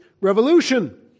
revolution